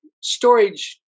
storage